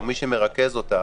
או מי שמרכז אותה,